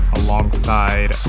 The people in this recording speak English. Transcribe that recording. alongside